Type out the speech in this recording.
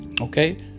Okay